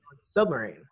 submarine